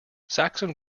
saxon